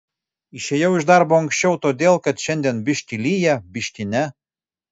išėjau iš darbo anksčiau todėl kad šiandien biški lyja biški ne